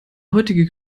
heutige